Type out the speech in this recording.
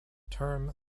term